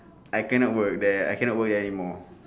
I cannot work there I cannot work anymore